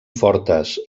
fortes